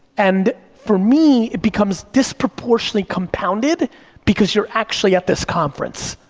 and for me, it becomes disproportionately compounded because you're actually at this conference.